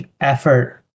effort